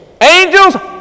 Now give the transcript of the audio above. Angels